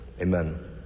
Amen